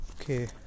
okay